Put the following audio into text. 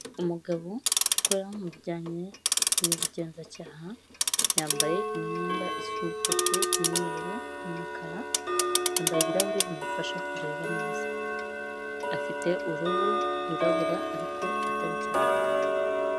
Umugabo ukora mu bijyanye n'ubugenzacyaha, yambaye imyenda isu umutuku n'umweru n'umukara, yambaye ibirahure bimufasha kureba neza, afite uruhu rwirabura ariko atari cyane.